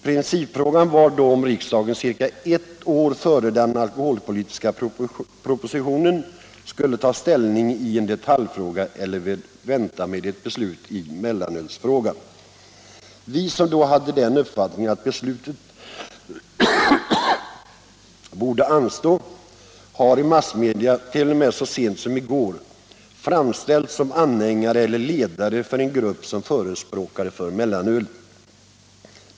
Principfrågan var då om riksdagen ca ett år före den alkoholpolitiska propositionen skulle ta ställning i mellanölsfrågan eller vänta med ett beslut i den detaljfrågan. Vi som då hade den uppfattningen att beslutet borde anstå har i massmedia, t.o.m. så sent som i går, framställts som anhängare av eller ledare för en grupp som förespråkar mellanöl.